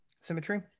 Symmetry